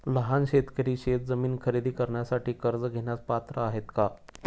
लहान शेतकरी शेतजमीन खरेदी करण्यासाठी कर्ज घेण्यास पात्र आहेत का?